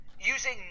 using